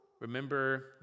Remember